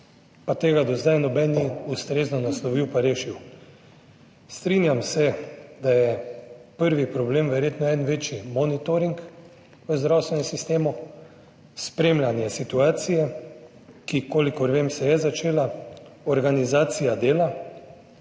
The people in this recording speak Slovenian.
pa tega do zdaj noben ni ustrezno naslovil pa rešil, strinjam se, da je prvi problem verjetno en večji monitoring v zdravstvenem sistemu, spremljanje situacije, ki, kolikor vem, se je začela, organizacija dela,